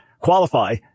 qualify